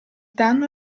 danno